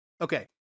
Okay